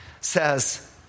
says